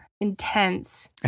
intense